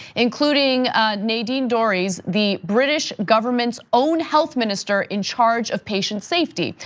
including nadine dorries, the british government's own health minister in charge of patient safety.